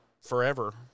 forever